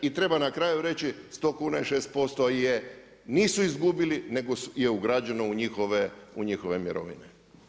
I treba na kraju reći 100 kuna i 6% nisu izgubili nego je ugrađeno u njihove mirovine.